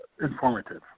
informative